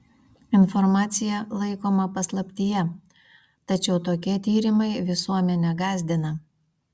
informacija laikoma paslaptyje tačiau tokie tyrimai visuomenę gąsdina